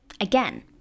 again